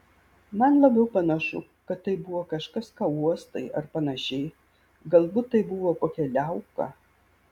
man labiau panašu kad tai buvo kažkas ką uostai ar panašiai galbūt tai buvo kokia liauka